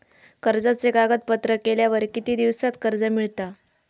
कर्जाचे कागदपत्र केल्यावर किती दिवसात कर्ज मिळता?